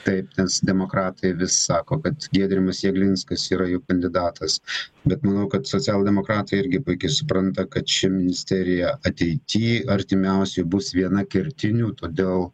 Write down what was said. taip nes demokratai vis sako kad giedrimas jeglinskas yra jų kandidatas bet manau kad socialdemokratai irgi puikiai supranta kad ši ministerija ateity artimiausiai bus viena kertinių todėl